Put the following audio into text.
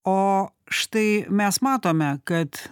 o štai mes matome kad